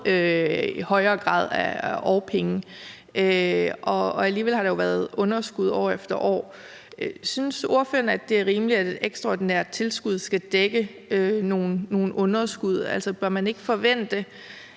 en højere grad af årpenge, og alligevel har der været underskud år efter år. Synes ordføreren, at det er rimeligt, at et ekstraordinært tilskud skal dække nogle underskud? Altså, bør man ikke forvente